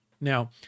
Now